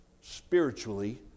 spiritually